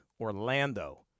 Orlando